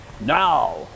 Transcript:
now